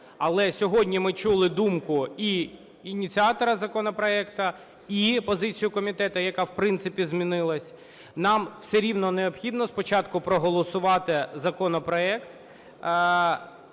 але сьогодні ми чули думку і ініціатора законопроекту, і позицію комітету, яка в принципі змінилася, нам все рівно необхідно спочатку проголосувати законопроект